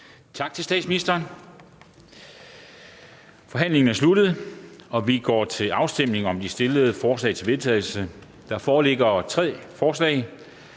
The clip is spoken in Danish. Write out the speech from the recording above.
Tak til statsministeren. Forhandlingen er sluttet, og vi går til afstemning om de fremsatte forslag til vedtagelse. Kl. 22:59 Afstemning